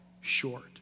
short